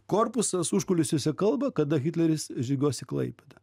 korpusas užkulisiuose kalba kada hitleris žygiuos į klaipėdą